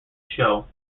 show